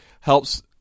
helps